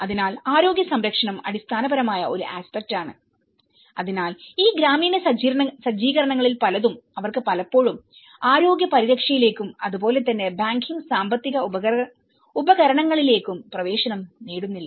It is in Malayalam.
അതിനാൽ ആരോഗ്യ സംരക്ഷണം അടിസ്ഥാനപരമായ ഒരു ആസ്പെക്ട് ആണ് അതിനാൽ ഈ ഗ്രാമീണ സജ്ജീകരണങ്ങളിൽ പലതും അവർക്ക് പലപ്പോഴും ആരോഗ്യ പരിരക്ഷയിലേക്കും അതുപോലെ തന്നെ ബാങ്കിംഗ് സാമ്പത്തിക ഉപകരണങ്ങളിലേക്കും പ്രവേശനം നേടുന്നില്ല